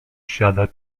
siada